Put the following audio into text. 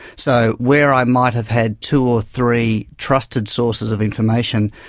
so where i might have had two or three trusted sources of information,